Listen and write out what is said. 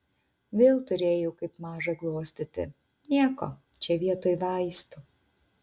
vėl turėjau kaip mažą glostyti nieko čia vietoj vaistų